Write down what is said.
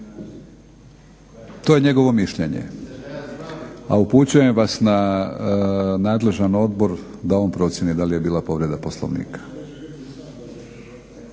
To je njegovo mišljenje. A upućujem vas na nadležan odbor da on procjeni da li je bila povreda Poslovnika.